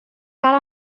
cal